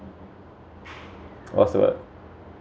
what's the word